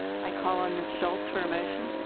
i call on ms. schultz for a motion.